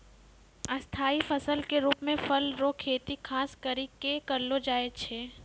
स्थाई फसल के रुप मे फल रो खेती खास करि कै करलो जाय छै